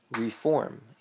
reform